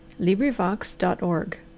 LibriVox.org